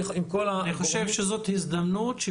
אני חושב שזאת הזדמנות,